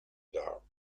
dar